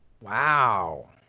Wow